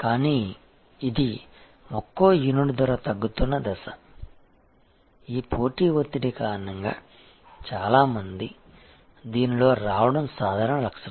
కానీ ఇది ఒక్కో యూనిట్ ధర తగ్గుతున్న దశ ఈ పోటీ ఒత్తిడి కారణంగా చాలా మంది దీనిలో రావడం సాధారణ లక్షణం